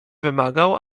wymagał